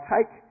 Take